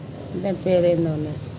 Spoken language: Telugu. దాని పేరు ఏందో ఉన్నది